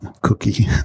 cookie